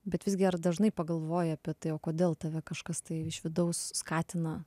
bet visgi ar dažnai pagalvoji apie tai o kodėl tave kažkas tai iš vidaus skatina